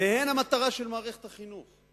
והן המטרה של מערכת החינוך.